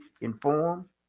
inform